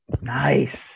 Nice